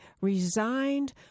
resigned